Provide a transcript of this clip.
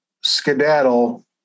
skedaddle